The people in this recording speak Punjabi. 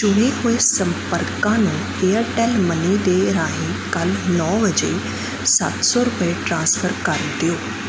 ਚੁਣੇ ਹੋਏ ਸੰਪਰਕਾਂ ਨੂੰ ਏਅਰਟੈੱਲ ਮਨੀ ਦੇ ਰਾਹੀਂ ਕੱਲ੍ਹ ਨੌ ਵਜੇ ਸੱਤ ਸੌ ਰੁਪਏ ਟ੍ਰਾਂਸਫਰ ਕਰ ਦਿਓ